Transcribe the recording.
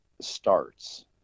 starts